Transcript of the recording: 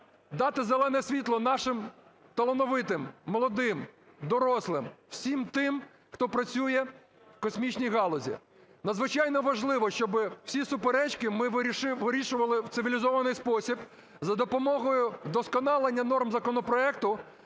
дати зелене світло нашим талановитим молодим, дорослим - всім тим, хто працює в космічній галузі. Надзвичайно важливо, щоби всі суперечки ми вирішували в цивілізований спосіб, за допомогою вдосконалення норм законопроекту,